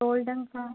golden colour